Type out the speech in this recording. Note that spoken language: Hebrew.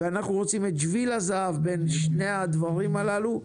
אנחנו רוצים את שביל הזהב בין שני הדברים הללו.